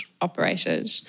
operated